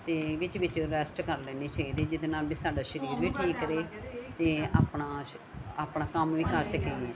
ਅਤੇ ਵਿੱਚ ਵਿਚ ਰੈਸਟ ਕਰ ਲੈਣੀ ਚਾਹੀਦੀ ਜਿਹਦੇ ਨਾਲ ਵੀ ਸਾਡਾ ਸਰੀਰ ਵੀ ਠੀਕ ਰਹੇ ਤੇ ਆਪਣਾ ਸ਼ ਆਪਣਾ ਕੰਮ ਵੀ ਕਰ ਸਕੀਏ